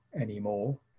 anymore